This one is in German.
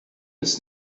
ist